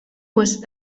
was